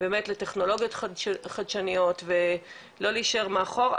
באמת לטכנולוגיות חדשניות, ולא להישאר מאחור.